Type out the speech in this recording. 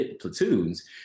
platoons